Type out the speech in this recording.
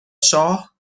شاه